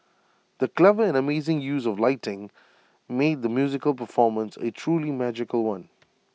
the clever and amazing use of lighting made the musical performance A truly magical one